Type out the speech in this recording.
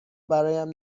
برایم